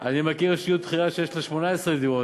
אני מכיר אישיות בכירה שיש לה 18 דירות,